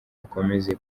akomeze